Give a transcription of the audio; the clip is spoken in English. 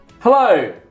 Hello